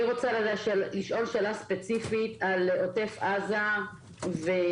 אני רוצה לשאול שאלה ספציפית על עוטף עזה והנגב,